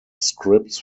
scripts